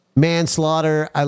manslaughter